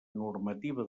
normativa